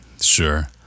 Sure